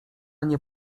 nie